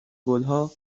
گلها